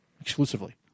exclusively